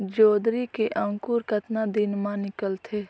जोंदरी के अंकुर कतना दिन मां निकलथे?